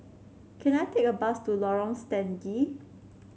can I take a bus to Lorong Stangee